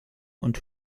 und